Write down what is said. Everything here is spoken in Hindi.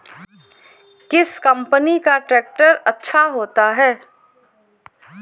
किस कंपनी का ट्रैक्टर अच्छा होता है?